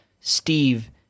Steve